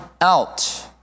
out